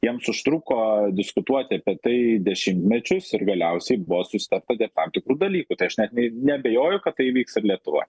jiems užtruko diskutuoti apie tai dešimtmečius ir galiausiai buvo susitarta dėl tam tikrų dalykų tai aš net neabejoju kad tai įvyks ir lietuvoj